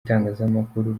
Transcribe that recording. itangazamakuru